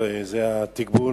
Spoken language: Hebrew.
תגבור